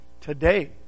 today